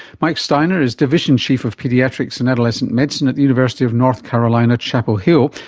mike steiner is division chief of paediatrics and adolescent medicine at the university of north carolina chapel hill,